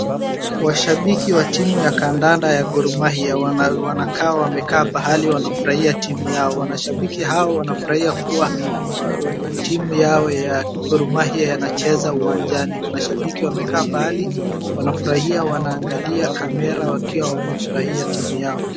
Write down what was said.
Washabiki wa timu ya kandanda ya Gor Mahia wanakaa wamekaa pahali wanafurahia timu yao. Wanashabiki hawa wanafurahia kuwa timu yao ya Gor Mahia yanacheza uwanjani. Wanashabiki wamekaa pahali, wanafurahia wanaangalia kamera wakiwa wamefurahia timu yao.